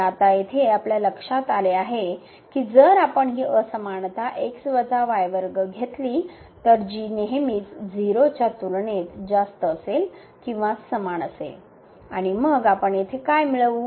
तर आता येथे आपल्या लक्षात आले आहे की जर आपण ही असमानता घेतली तर जी नेहमीच 0 च्या तुलनेत जास्त असेल किंवा समान असेल आणि मग आपण येथे काय मिळवू